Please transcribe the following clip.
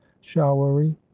showery